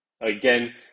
again